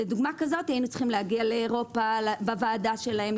לדוגמה כזו היינו צריכים להגיע לאירופה בוועדה שלהם,